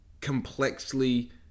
complexly